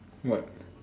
what